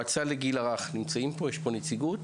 יש פה נציגות